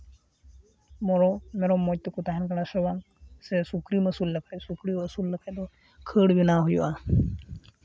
ᱵᱚᱲᱚ ᱢᱮᱨᱚᱢ ᱢᱚᱡᱽ ᱛᱮᱠᱚ ᱛᱟᱦᱮᱱ ᱠᱟᱱᱟ ᱥᱮ ᱵᱟᱝ ᱥᱮ ᱥᱩᱠᱨᱤᱢ ᱟᱹᱥᱩᱞ ᱞᱮᱠᱷᱟᱡ ᱥᱩᱠᱨᱤᱢ ᱟᱹᱥᱩᱞ ᱞᱮᱠᱷᱟᱡ ᱦᱚᱸ ᱠᱷᱟᱹᱲ ᱵᱮᱱᱟᱣ ᱦᱩᱭᱩᱜᱼᱟ